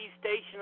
station